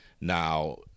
Now